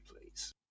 please